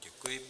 Děkuji.